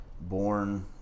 Born